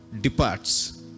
departs